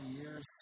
years